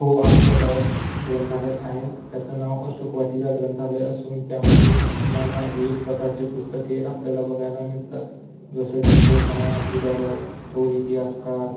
हो आमच्या गावात ग्रंथालय आहे त्याचं नाव अशोक वाटीका ग्रंथालय असून त्यामध्येे नाना विविध प्रकारचे पुस्तके आपल्याला बघायला मिळतात जसं की थोर समाज सुधारक थोर इतिहासकार